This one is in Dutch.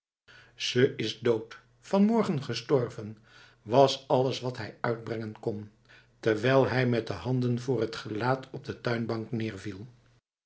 ze is dood van morgen gestorven was alles wat hij uitbrengen kon terwijl hij met de handen voor het gelaat op de tuinbank